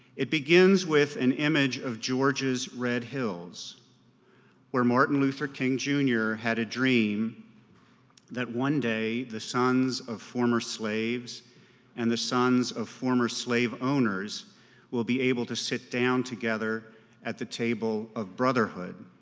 it begins with an image of george's red hills where martin luther king jr. had a dream that one day the sons of formers slaves and the sons of former slave owners will be able to sit down together at the table of brotherhood.